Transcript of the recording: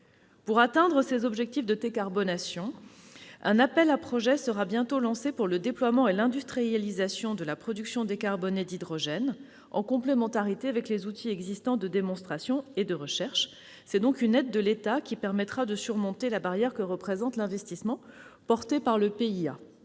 Pour atteindre les objectifs de décarbonation de l'État, un appel à projets sera bientôt lancé pour le déploiement et l'industrialisation de la production décarbonée d'hydrogène, en complémentarité avec les outils existants relatifs à la démonstration et à la recherche. Une aide de l'État permettra donc de surmonter la barrière que représente l'investissement prévu dans le